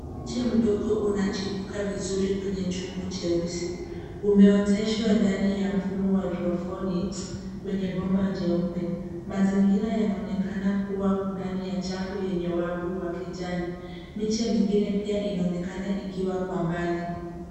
Mche mdogo unachipuka vizuri kwenye chombo cheusi. Umeoteshwa ndani ya mfumo wa hydroponics kwenye bomba jeupe. Mazingira yanaonekana kuwa ndani ya chafu yenye wavu wa kijani. Miche mingine pia inaonekana ikiwa kwa mbali.